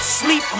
sleep